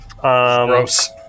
Gross